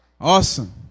Awesome